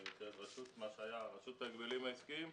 מה שהיה רשות ההגבלים העסקיים,